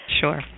Sure